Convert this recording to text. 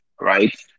right